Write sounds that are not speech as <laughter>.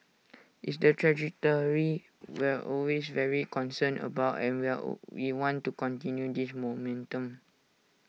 <noise> it's the trajectory we're <noise> always very concerned about and we're <hesitation> we want to continue this momentum